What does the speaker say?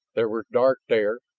there was dark there,